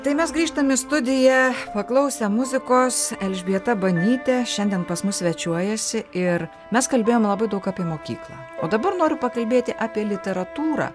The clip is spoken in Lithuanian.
tai mes grįžtam į studiją paklausę muzikos elžbieta banytė šiandien pas mus svečiuojasi ir mes kalbėjom labai daug apie mokyklą o dabar noriu pakalbėti apie literatūrą